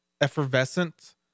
effervescent